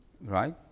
right